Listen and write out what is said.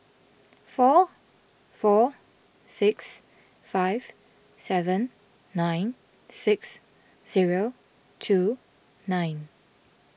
four four six five seven nine six zero two nine